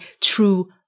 true